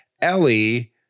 Ellie